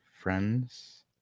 friends